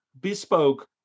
bespoke